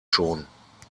schon